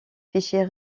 fichiers